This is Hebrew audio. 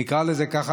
נקרא לזה ככה,